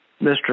Mr